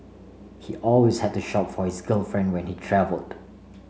he always had to shop for his girlfriend when he travelled